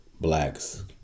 Blacks